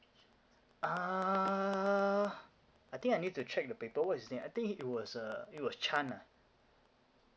ah I think I need to check the paper what his name I think he was uh he was chan ah